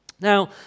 Now